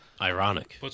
Ironic